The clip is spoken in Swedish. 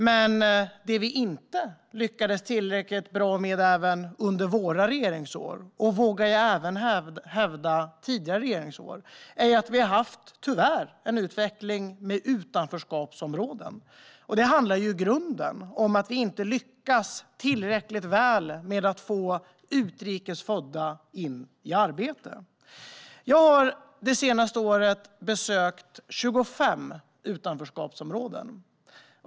Men vi lyckades inte tillräckligt bra under våra regeringsår - jag vågar hävda att det gäller även under tidigare regeringsår - i fråga om att det tyvärr har utvecklats utanförskapsområden. Det handlar i grunden om att vi inte lyckas tillräckligt väl med att få utrikesfödda in i arbete. Det senaste året har jag besökt 25 utanförskapsområden.